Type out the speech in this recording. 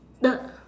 the